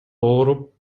ооруп